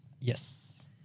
Yes